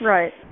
Right